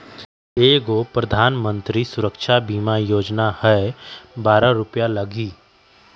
एगो प्रधानमंत्री सुरक्षा बीमा योजना है बारह रु लगहई?